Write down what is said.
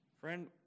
Friend